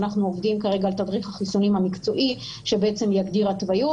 אנחנו עובדים כרגע על תדריך החיסונים המקצועי שבעצם יגדיר התוויות.